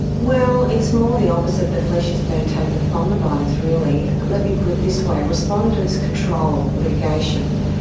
well, it's more the opposite, the flesh has been taken from the bones really. let me put it this way, respondents control litigation,